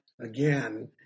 again